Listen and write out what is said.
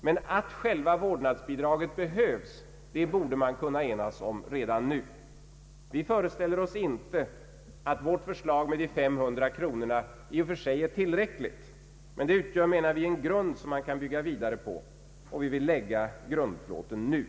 Men att själva vårdnadsbidraget behövs, borde man kunna enas om redan nu. Vi föreställer oss inte att vårt förslag med de 500 kronorna i och för sig är tillräckligt. Men det utgör, menar vi, en grund som man kan bygga vidare på. Och vi vill lägga grundplåten nu.